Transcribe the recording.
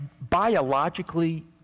Biologically